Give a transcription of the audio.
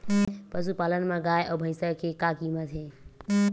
पशुपालन मा गाय अउ भंइसा के का कीमत हे?